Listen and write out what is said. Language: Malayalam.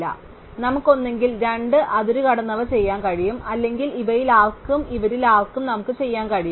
അതിനാൽ നമുക്ക് ഒന്നുകിൽ രണ്ട് അതിരുകടന്നവ ചെയ്യാൻ കഴിയും അല്ലെങ്കിൽ ഇവയിൽ ആർക്കും ഇവരിൽ ആർക്കും നമുക്ക് ചെയ്യാൻ കഴിയും